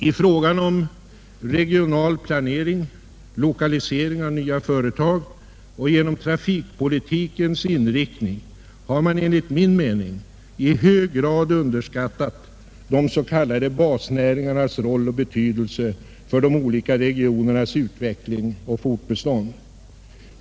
I frågorna om regional planering, lokalisering av nya företag och trafikpolitikens inriktning har man enligt min mening i hög grad underskattat de s.k. basnäringarnas roll och betydelse för de olika regionernas utveckling och fortbestånd.